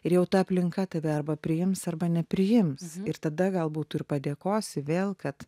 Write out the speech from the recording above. ir jau ta aplinka tave arba priims arba nepriims ir tada galbūt tu ir padėkosi vėl kad